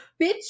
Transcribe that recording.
bitch